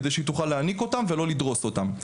כדי שהיא תוכל להניק אותם ולא לדרוס אותם.